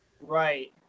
Right